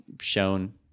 shown